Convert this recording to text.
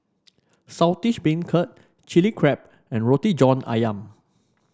Saltish Beancurd Chili Crab and Roti John ayam